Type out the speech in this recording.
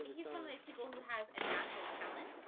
he's one of those people who has a natural talent.